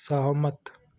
सहमत